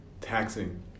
taxing